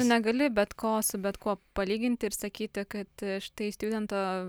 tu negali bet ko su bet kuo palyginti ir sakyti kad štai stjudento